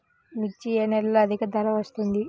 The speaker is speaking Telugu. మిర్చి ఏ నెలలో అధిక ధర వస్తుంది?